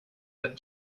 that